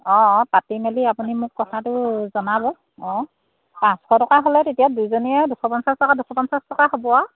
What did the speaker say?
অঁ পাতি মেলি আপুনি মোক কথাটো জনাব অঁ পাঁচশ টকা হ'লে তেতিয়া দুইজনীয়ে দুশ পঞ্চাছ টকা দুশ পঞ্চাছ টকা হ'ব আৰু